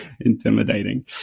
intimidating